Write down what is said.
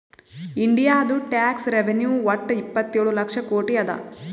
ಇಂಡಿಯಾದು tax revenue ವಟ್ಟ ಇಪ್ಪತ್ತೇಳು ಲಕ್ಷ ಕೋಟಿ ಅದಾ